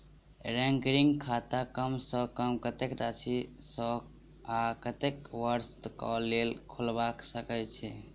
recurring खाता कम सँ कम कत्तेक राशि सऽ आ कत्तेक वर्ष कऽ लेल खोलबा सकय छी